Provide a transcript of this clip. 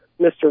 Mr